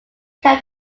can